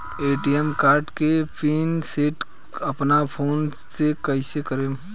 ATM card के PIN set अपना phone से कइसे करेम?